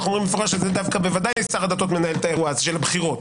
אנחנו אומרים במפורש שבוודאי שר הדתות מנהל את האירוע של הבחירות.